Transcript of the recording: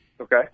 Okay